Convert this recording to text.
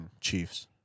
Chiefs